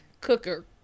Cooker